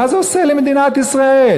מה זה עושה למדינת ישראל?